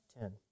Ten